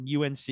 UNC